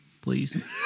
please